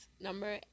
Number